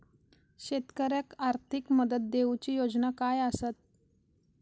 शेतकऱ्याक आर्थिक मदत देऊची योजना काय आसत?